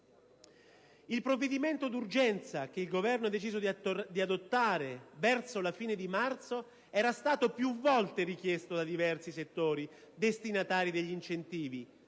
Il provvedimento d'urgenza, che il Governo ha deciso di adottare verso la fine di marzo, era stato più volte richiesto da diversi settori destinatari degli incentivi,